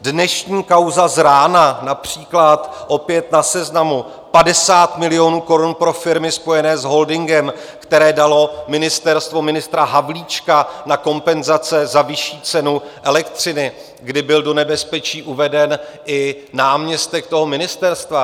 Dnešní kauza z rána například, opět na Seznamu: 50 milionů korun pro firmy spojené s holdingem, které dalo ministerstvo ministra Havlíčka na kompenzace za vyšší cenu elektřiny, kdy byl do nebezpečí uveden i náměstek toho ministerstva.